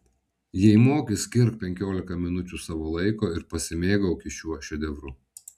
jei moki skirk penkiolika minučių savo laiko ir pasimėgauki šiuo šedevru